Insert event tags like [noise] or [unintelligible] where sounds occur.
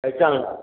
[unintelligible]